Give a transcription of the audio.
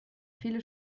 viele